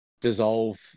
dissolve